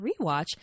rewatch